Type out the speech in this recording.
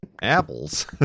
Apples